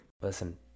Listen